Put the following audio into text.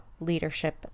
leadership